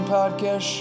Podcast